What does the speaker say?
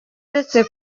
aretse